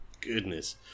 goodness